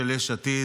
של יש עתיד,